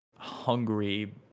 hungry